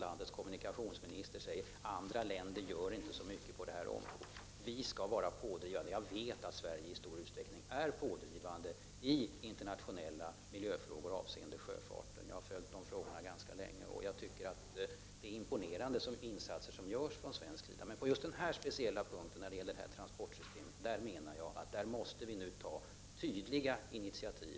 Landets kommunikationsminister får inte bara säga att andra länder inte gör så mycket på detta område. Vi skall alltså vara pådrivande, och jag vet att vi i stor utsträckning är det i internationella miljöfrågor avseende sjöfarten. Jag har följt sådana frågor ganska länge och tycker att det är imponerande insatser som görs från svenskt sida. Men just när det gäller det här transportsystemet måste vi ta tydliga initiativ.